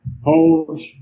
holes